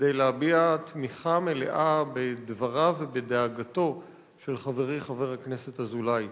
כדי להביע תמיכה מלאה בדבריו ובדאגתו של חברי חבר הכנסת אזולאי.